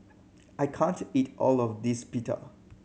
I can't eat all of this Pita